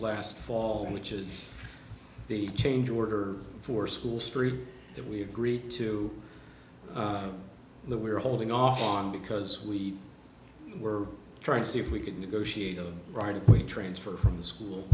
last fall which is the change order for school street that we agreed to that we're holding off on because we were trying to see if we could negotiate a right of way transfer from the school